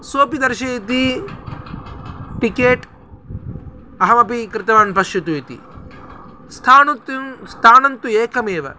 स्वो सोपिदर्शयति टिकेट् अहमपि कृतवान् पश्यतु इति स्थानं तु स्थानं तु एकमेव